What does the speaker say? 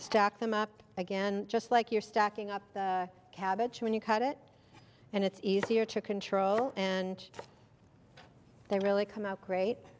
stack them up again just like you're stacking up the cabbage when you cut it and it's easier to control and they really come out great